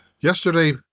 Yesterday